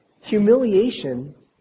humiliation